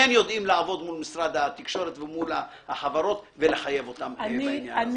כן יודעים לעבוד מול משרד התקשורת ומול החברות ולחייב אותם בעניין הזה.